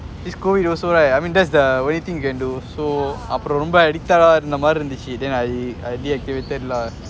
this C_O_V_I_D also right I mean that's the only thing you can do so அப்பொறோம் ரொம்ப:apporoam romba addicted ah இருந்த மாதிரி இருன்சு:iruntha mathiri erunchu then I I deactivated lah